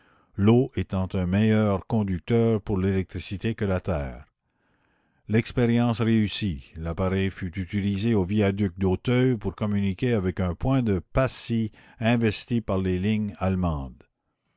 l'eau étant un meilleur conducteur pour l'électricité que la terre l'expérience réussit l'appareil fut utilisé au viaduc d'auteuil pour communiquer avec un point de passy investi par les lignes allemandes